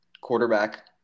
Quarterback